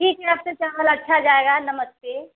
ठीक है अब से चावल अच्छा जाएगा नमस्ते